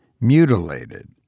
mutilated